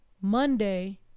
Monday